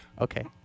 Okay